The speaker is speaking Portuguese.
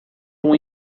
uma